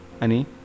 ani